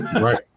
right